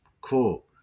cool